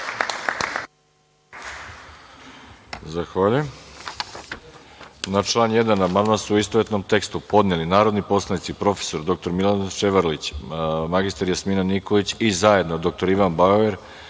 Zahvaljujem. Na član 1. amandman su istovetnom tekstu podneli narodni poslanici prof. dr Miladin Ševarlić, mr Jasmina Nikolić i zajedno dr Ivan Bauer,